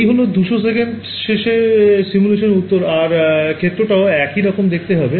এই হল ২০০ সেকেন্ড সেশে সিমুলেশানের উত্তর আর ক্ষেত্রটাও এরকমই দেখতে হবে